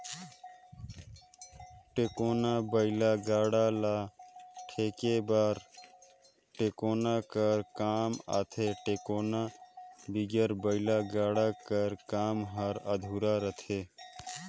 टेकोना बइला गाड़ा ल टेके बर टेकोना कर काम आथे, टेकोना बिगर बइला गाड़ा कर काम हर अधुरा रहथे